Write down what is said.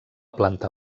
planta